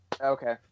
Okay